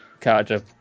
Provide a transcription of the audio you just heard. character